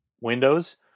Windows